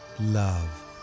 love